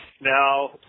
now